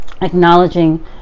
acknowledging